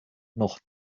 noch